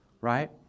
right